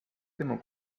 tema